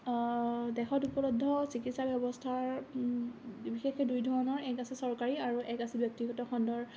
দেশত উপলব্ধ চিকিৎসা ব্যৱস্থা বিশেষকৈ দুই ধৰণৰ এক আছে চৰকাৰী আৰু এক আছে ব্যক্তিগত খণ্ডৰ